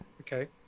okay